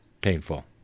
painful